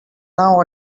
now